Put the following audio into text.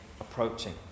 approaching